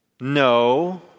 no